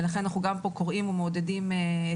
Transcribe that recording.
ולכן אנחנו גם פה קוראים ומעודדים את